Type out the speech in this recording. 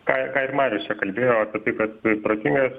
ką ką ir marius čia kalbėjo apie tai kad protingas